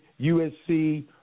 USC